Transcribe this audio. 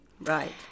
Right